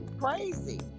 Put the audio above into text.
Crazy